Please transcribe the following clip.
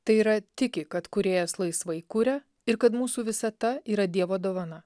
tai yra tiki kad kūrėjas laisvai kuria ir kad mūsų visata yra dievo dovana